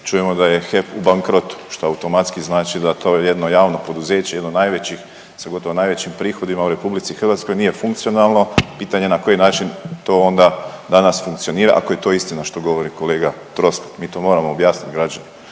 čujemo da je HEP u bankrotu što automatski znači da to jedno javno poduzeće, jedno od najvećih sa gotovo najvećim prihodima u RH nije funkcionalno. Pitanje na koji način to onda danas funkcionira ako je to istina što govori kolega Troskot. Mi to moramo objasniti građanima